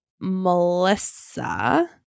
melissa